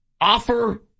offer